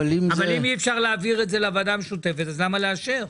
אם אי אפשר להעביר את זה לוועדה המשותפת אז למה לאשר?